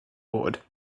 board